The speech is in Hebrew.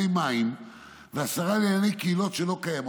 מים והשרה לענייני קהילות שלא קיימות,